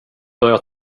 börjar